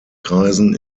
kreisen